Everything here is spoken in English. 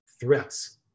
threats